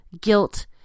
guilt